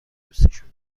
دوسشون